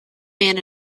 man